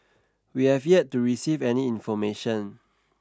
we have yet to receive any information